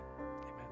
Amen